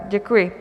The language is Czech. Děkuji.